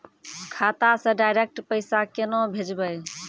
खाता से डायरेक्ट पैसा केना भेजबै?